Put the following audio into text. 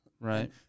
Right